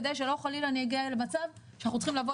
כדי שלא חלילה נגיע למצב שאנחנו צריכים לבוא